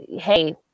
hey